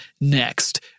Next